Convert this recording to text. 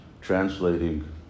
translating